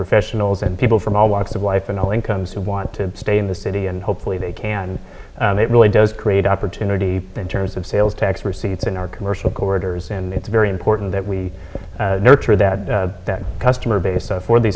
professionals and people from all walks of life and all incomes who want to stay in the city and hopefully they can it really does create opportunity in terms of sales tax receipts in our commercial corridors and it's very important that we nurture that customer base for the